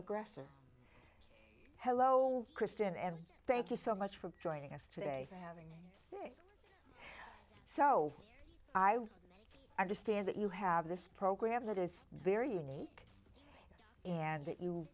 aggressor hello kristen and thank you so much for joining us today having so i understand that you have this program that is very unique and that you